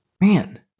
man